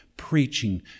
preaching